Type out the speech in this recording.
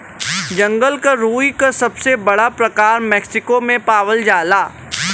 जंगल क रुई क सबसे बड़ा प्रकार मैक्सिको में पावल जाला